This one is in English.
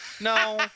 No